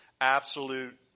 absolute